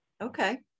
Okay